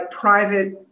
private